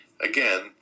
Again